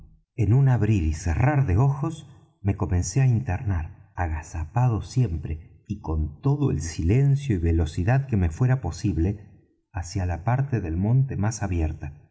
en un abrir y cerrar de ojos me comencé á internar agazapado siempre y con todo el silencio y velocidad que me fuera posible hacia la parte del monte más abierta